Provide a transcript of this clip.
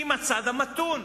עם הצד המתון,